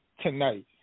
tonight